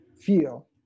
feel